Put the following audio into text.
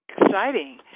exciting